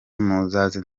muzaze